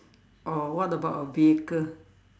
or what about a vehicle